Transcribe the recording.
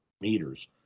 meters